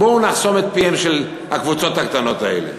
בואו נחסום את פיהן של הקבוצות הקטנות האלה.